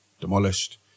demolished